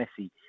Messi